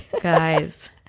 Guys